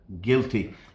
guilty